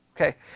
okay